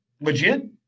Legit